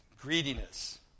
greediness